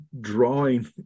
drawing